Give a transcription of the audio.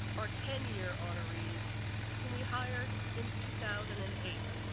our ten year honorees whom we hired in two thousand and eight.